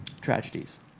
tragedies